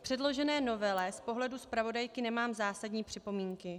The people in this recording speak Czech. Předložené novele z pohledu zpravodajky nemám zásadní připomínky.